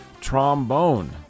trombone